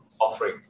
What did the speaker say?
offering